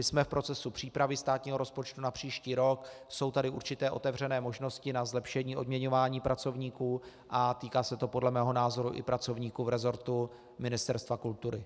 Jsme v procesu přípravy státního rozpočtu na příští rok, jsou tady určité otevřené možnosti na zlepšení odměňování pracovníků a týká se to podle mého názoru i pracovníků v resortu Ministerstva kultury.